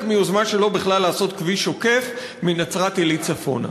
מיוזמה שלו בכלל לעשות כביש עוקף מנצרת-עילית צפונה.